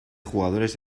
jugadores